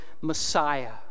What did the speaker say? Messiah